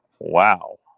Wow